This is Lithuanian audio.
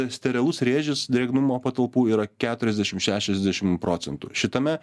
sterilus rėžis drėgnumo patalpų yra keturiasdešim šešiasdešim procentų šitame